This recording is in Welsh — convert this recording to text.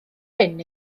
hyn